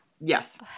yes